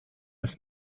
ist